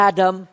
Adam